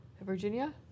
Virginia